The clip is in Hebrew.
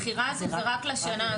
הבחירה הזאת היא רק לשנה הזו?